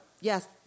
yes